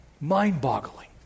Mind-boggling